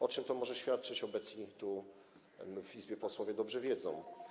O czym to może świadczyć, obecni w Izbie posłowie dobrze wiedzą.